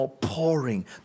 pouring